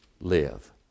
live